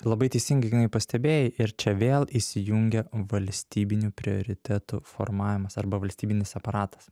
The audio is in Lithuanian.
labai teisingai ignai pastebėjai ir čia vėl įsijungia valstybinių prioritetų formavimas arba valstybinis aparatas